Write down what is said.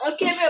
Okay